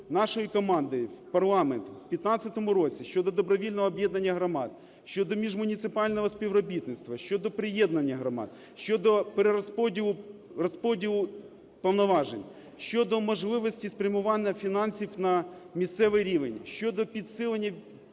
нашою командою в парламент у 2015 році щодо добровільного об'єднання громад, щодо міжмуніципального співробітництва, щодо приєднання громад, щодо перерозподілу повноважень, щодо можливості спрямування фінансів на місцевий рівень, щодо підсилення